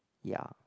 ya